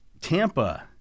Tampa